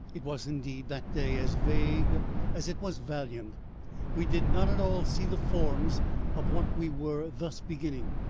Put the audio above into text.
it was, indeed, that day as vague as it was valiant we did not at all see the forms of what we were thus beginning.